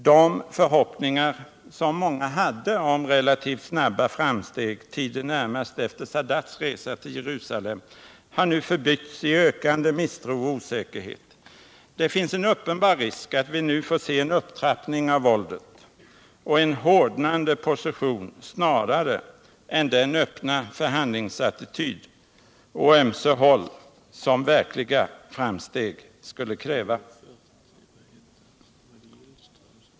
De förhoppningar som många hade om relativt snabba framsteg tiden närmast efter Sadats resa till Jerusalem har nu förbytts i ökande misstro och osäkerhet. Det finns en uppenbar risk att vi nu får se en upptrappning av våldet och en hårdnande position snarare än den öppna förhandlingsattityd å ömse håll som verkliga framsteg skulle kräva.